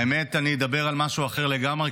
האמת אני אדבר על משהו אחר לגמרי,